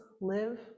live